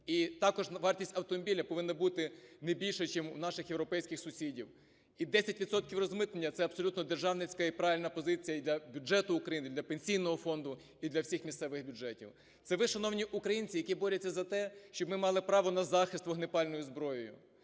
також вартість автомобіля повинна бути не більша, чим у наших європейських сусідів. І 10 відсотків розмитнення – це абсолютно державницька і правильна позиція, і для бюджету України, і для Пенсійного фонду, і для всіх місцевих бюджетів. Це ви, шановні українці, які борються за те, щоб ми мали право на захист вогнепальною зброєю.